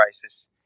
crisis